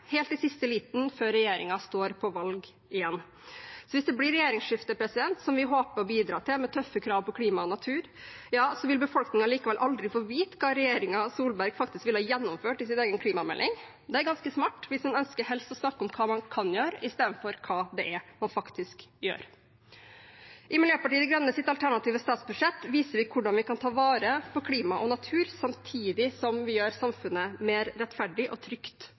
helt i siste liten før regjeringen er på valg igjen. Hvis det blir et regjeringsskifte, som vi håper å bidra til med tøffe krav om klima og natur, vil befolkningen likevel aldri få vite hva Solberg-regjeringen faktisk ville ha gjennomført i forbindelse med sin egen klimamelding. Det er ganske smart hvis man helst ønsker å snakke om hva man kan gjøre, i stedet for hva man faktisk gjør. I Miljøpartiet De Grønnes alternative statsbudsjett viser vi hvordan vi kan ta vare på klima og natur samtidig som vi gjør samfunnet mer rettferdig og trygt